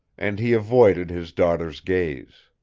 and he avoided his daughter's gaze.